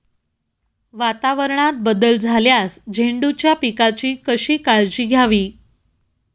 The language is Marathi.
वातावरणात बदल झाल्यास झेंडूच्या पिकाची कशी काळजी घ्यावी?